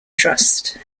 trust